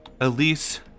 Elise